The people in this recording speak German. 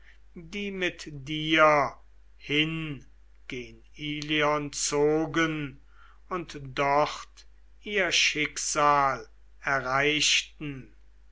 die mit dir hin gen ilion zogen und dort ihr schicksal erreichten